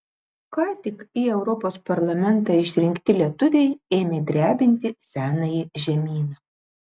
ką tik į europos parlamentą išrinkti lietuviai ėmė drebinti senąjį žemyną